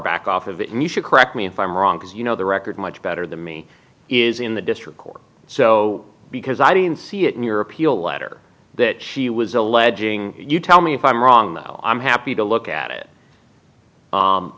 back off of him you should correct me if i'm wrong because you know the record much better than me is in the district court so because i didn't see it in your appeal letter that she was alleging you tell me if i'm wrong i'm happy to look at it